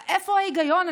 איפה ההיגיון?